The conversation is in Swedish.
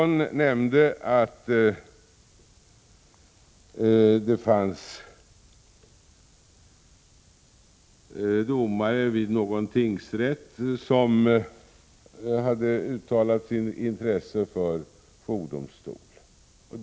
Någon nämnde att domare vid någon tingsrätt hade uttalat sitt intresse för jourdomstolar.